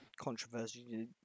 Controversy